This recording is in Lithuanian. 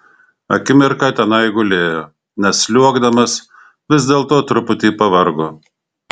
akimirką tenai gulėjo nes sliuogdamas vis dėlto truputį pavargo